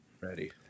ready